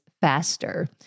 faster